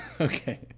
okay